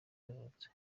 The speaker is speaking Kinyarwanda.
yavutse